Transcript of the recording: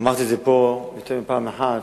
אמרתי את זה פה יותר מפעם אחת,